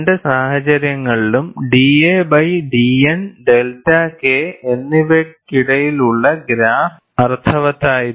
രണ്ട് സാഹചര്യങ്ങളിലും da by dN delta K എന്നിവയ്ക്കിടയിലുള്ള ഗ്രാഫ് അർത്ഥവത്തായിരുന്നു